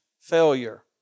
failure